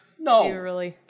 No